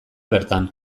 bertan